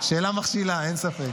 שאלה מכשילה, אין ספק,